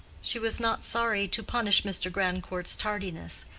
she was not sorry to punish mr. grandcourt's tardiness,